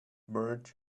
church